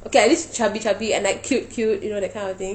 okay at least chubby chubby and like cute cute you know that kind of thing